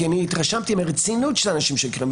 כי התרשמתי מהרצינות של האנשים של הקרן,